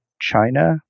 China